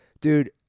Dude